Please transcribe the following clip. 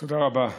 תודה רבה.